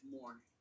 morning